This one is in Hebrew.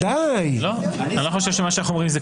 מה יש --- אני מעדכן למען הסר ספק,